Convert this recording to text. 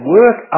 work